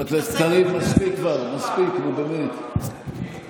תתעסק בבתי הספר שלך,